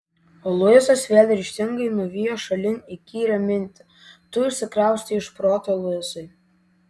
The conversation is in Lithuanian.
luisas vėl ryžtingai nuvijo šalin įkyrią mintį tu išsikraustei iš proto luisai